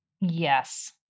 Yes